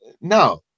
No